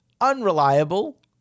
unreliable